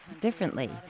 differently